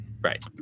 Right